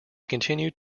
continued